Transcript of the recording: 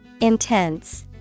Intense